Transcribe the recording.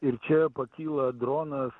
ir čia pakyla dronas